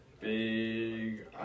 Big